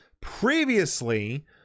Previously